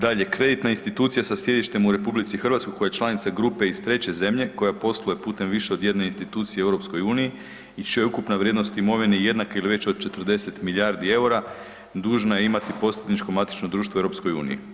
Dalje, kreditna institucija sa sjedištem u RH koja je članica grupe iz treće zemlje koja posluje putem više od jedne institucije u EU i čija je ukupna vrijednost imovine jednaka ili veća od 40 milijardi EUR-a dužna je imati posredničko matično društvo u EU.